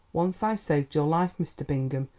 once i saved your life, mr. bingham,